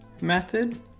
method